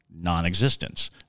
non-existence